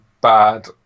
bad